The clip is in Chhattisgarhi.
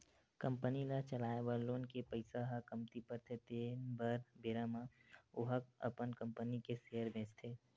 कंपनी ल चलाए बर लोन के पइसा ह कमती परथे तेन बेरा म ओहा अपन कंपनी के सेयर बेंचथे